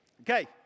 Okay